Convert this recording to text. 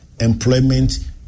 employment